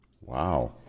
wow